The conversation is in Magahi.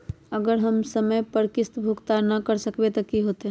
अगर हम समय पर किस्त भुकतान न कर सकवै त की होतै?